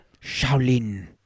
Shaolin